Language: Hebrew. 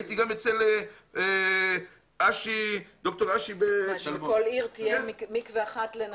הייתי גם אצל ד"ר אשי -- שבכל עיר יהיה מקווה אחד לנשים מאומתות?